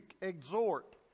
exhort